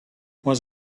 was